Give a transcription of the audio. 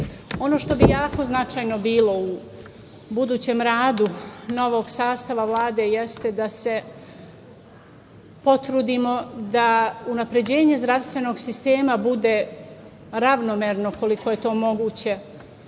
Ono što bi jako značajno bilo u budućem radu novog sastava Vlada jeste da se potrudimo da unapređenje zdravstvenog sistema bude ravnomerno, koliko je to moguće,